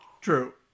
True